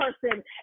person